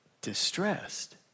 distressed